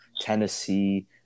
Tennessee